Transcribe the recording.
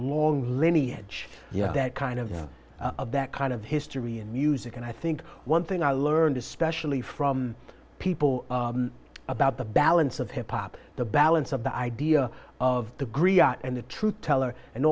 long lineage that kind of of that kind of history and music and i think one thing i learned especially from people about the balance of hip hop the balance of the idea of the green and the truth teller and